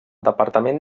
departament